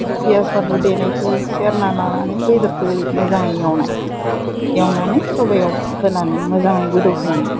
पियास फानलु देनायखौ सेरना लानानै बेदरखौ मोजाङै एवनाय एवनानै सबाइयाव होनानै मोजाङै गोदौफिनो